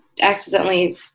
accidentally